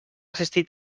assistir